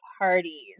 parties